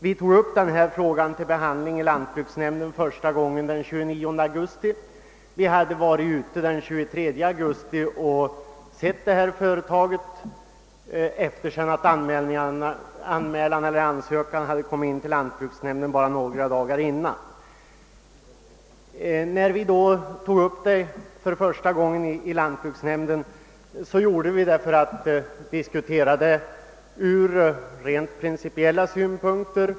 Vi tog upp denna fråga i lantbruksnämnden första gången den 29 augusti 1967. Vi hade varit ute vid företaget den 23 augusti, efter det att ansökan inkommit till lantbruksnämnden några dagar innan. När vi för första gången tog upp frågan i lantbruksnämnden gjorde vi det för att diskutera den ur rent principiella synpunkter.